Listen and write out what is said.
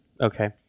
Okay